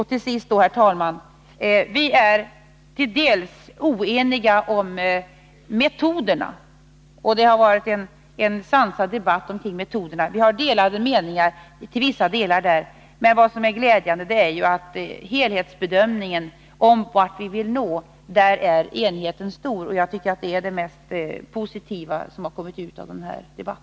Till sist, herr talman, konstaterar jag att vi delvis är oense om metoderna, som det dock har förts en sansad debatt kring. Men vad som är glädjande är att enigheten är stor i fråga om de mål som vi vill uppnå. Det är det mest positiva som har kommit ut av dagens debatt.